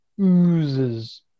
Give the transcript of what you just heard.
oozes